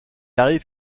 arrive